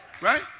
Right